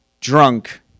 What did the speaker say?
drunk